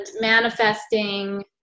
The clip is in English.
manifesting